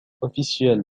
officielle